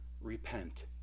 repent